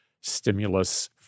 stimulus